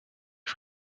est